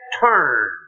turn